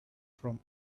from